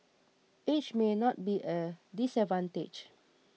age may not be a disadvantage